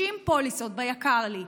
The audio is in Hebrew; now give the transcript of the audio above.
60 פוליסות, ביקר לי.